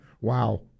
wow